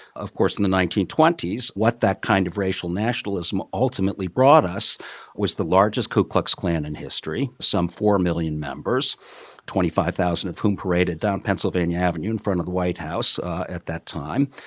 of course, in the nineteen twenty s, what that kind of racial nationalism ultimately brought us was the largest ku klux klan in history some four million members twenty five thousand of whom paraded down pennsylvania avenue in front of the white house at that time.